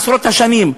עשרות שנים,